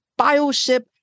bioship